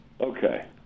okay